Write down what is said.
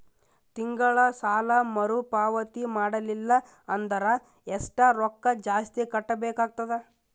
ತಿಂಗಳ ಸಾಲಾ ಮರು ಪಾವತಿ ಮಾಡಲಿಲ್ಲ ಅಂದರ ಎಷ್ಟ ರೊಕ್ಕ ಜಾಸ್ತಿ ಕಟ್ಟಬೇಕಾಗತದ?